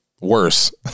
worse